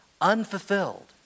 unfulfilled